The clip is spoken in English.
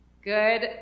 Good